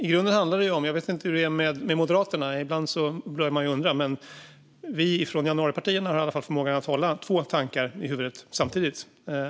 Jag vet inte hur det är med Moderaterna - ibland börjar man ju undra - men vi från januaripartierna har i alla fall förmågan att hålla två tankar i huvudet samtidigt.